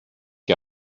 que